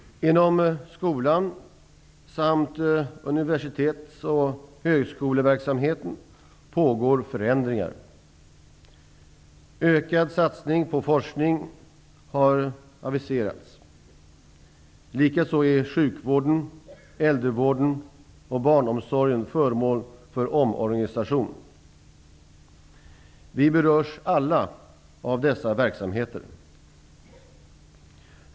Inom skolan samt universitets och högskoleverksamheten pågår förändringar. Ökad satsning på forskning har aviserats. Likaså är sjukvården, äldrevården och barnomsorgen föremål för omorganisation. Vi berörs alla av dessa verksamheter.